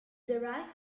derived